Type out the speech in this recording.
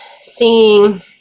seeing